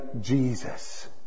Jesus